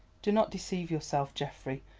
do not deceive yourself, geoffrey.